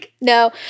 No